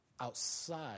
outside